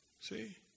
See